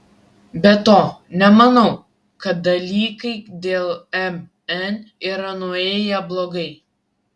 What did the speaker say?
be to nemanau kad dalykai dėl mn yra nuėję blogai